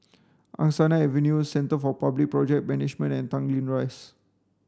Angsana Avenue Centre for Public Project Management and Tanglin Rise